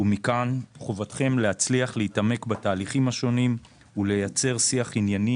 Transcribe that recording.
ומכאן חובתכם להצליח להתעמק בתהליכים השונים ולייצר שיח ענייני